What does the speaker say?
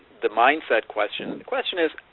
the mindset question, the question is,